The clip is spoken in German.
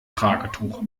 tragetuch